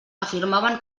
afirmaven